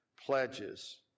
pledges